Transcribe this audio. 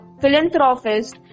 philanthropist